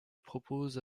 propose